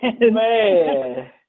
Man